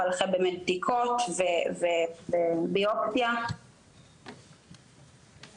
אבל לאחר בדיקות וביופסיה --- התנתקה